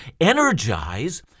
energize